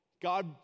God